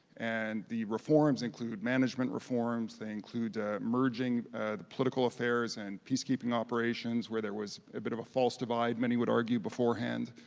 and the reforms include management reforms. they include ah merging the political affairs and peacekeeping operations where there was a bit of a false divide, many would argue, beforehand.